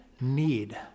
need